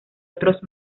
otros